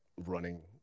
running